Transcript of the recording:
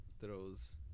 throws